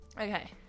Okay